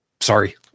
Sorry